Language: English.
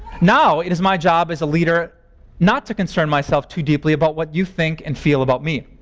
now it is my job as a leader not to concern myself too deeply about what you think and feel about me